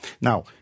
Now